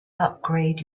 upgrade